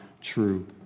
true